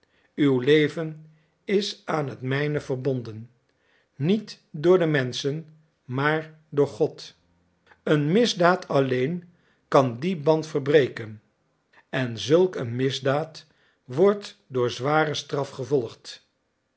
uw leven is aan het mijne verbonden niet door de menschen maar door god een misdaad alleen kan dien band verbreken en zulk een misdaad wordt door zware straf gevolgd